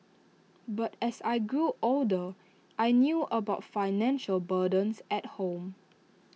but as I grew older I knew about financial burdens at home